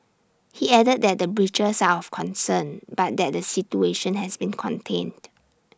he added that the breaches are of concern but that the situation has been contained